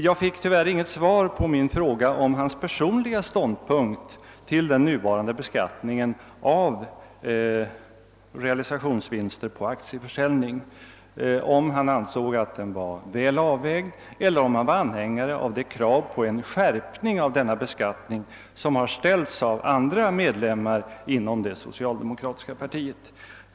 Jag fick tyvärr inget svar på min fråga om herr Kristensons personliga uppfattning om den nuvarande beskattningen av realisationsvinster på aktieförsäljning — om han ansåg att den var väl avvägd eller om han är anhängare av det krav på en skärpning av denna beskattning som har rests av andra medlemmar inom det socialdemokratiska partiet.